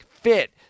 fit